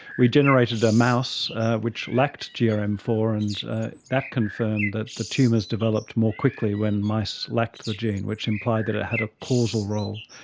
we generated a mouse which lacked g r m four, and that confirmed that the tumours developed more quickly when mice lacked the gene, which implied that it had a causal role.